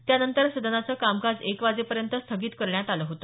त्यानंतर सदनाचं कामकाज एक वाजेपर्यंत सथगित करण्यात आल होत